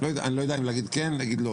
אני לא יודע אם להגיד כן או להגיד לא,